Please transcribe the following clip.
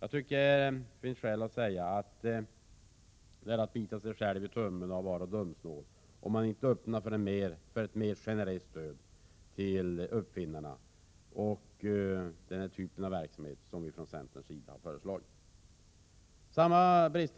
Jag tycker att det finns skäl att säga att det är att bita sig själv i tummen och vara dumsnål, om man inte öppnar för ett mer generellt stöd till uppfinnare och till denna typ av verksamhet, som vi från centerns sida har föreslagit. Utskottsmajoriteten lider samma brist